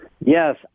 Yes